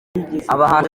abahanzi